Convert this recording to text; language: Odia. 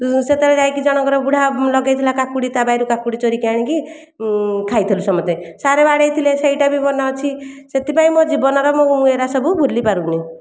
ସେତବେଳେ ଯାଇକି ଜଣଙ୍କର ବୁଢ଼ା ଲଗେଇଥିଲା କାକୁଡ଼ି ତା ବାରିରୁ କାକୁଡ଼ି ଚୋରେଇକି ଆଣିକି ଖାଇଥିଲୁ ସମସ୍ତେ ସାର୍ ବାଡ଼େଇଥିଲେ ସେଇଟା ବି ମନେ ଅଛି ସେଥିପାଇଁ ମୋ ଜୀବନର ମୁଁ ଏହି ଗୁଡ଼ିକ ସବୁ ଭୁଲିପାରୁନି